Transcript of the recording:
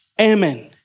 Amen